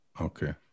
Okay